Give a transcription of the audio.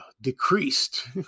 decreased